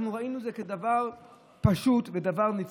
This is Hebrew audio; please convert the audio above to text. אנחנו ראינו את זה כדבר פשוט ונצרך,